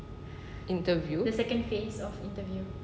interview